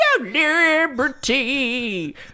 Liberty